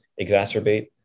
exacerbate